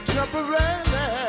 Temporarily